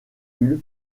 hull